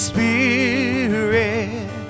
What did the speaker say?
Spirit